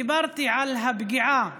דיברתי על הפגיעה